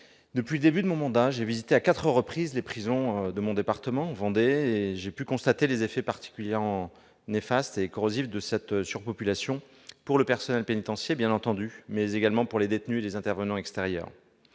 Depuis le début de mon mandat, j'ai visité à quatre reprises les prisons de mon département de la Vendée. J'ai pu constater les effets particulièrement néfastes et corrosifs de cette surpopulation, non seulement pour le personnel pénitencier bien entendu, mais également pour les détenus et les intervenants extérieurs.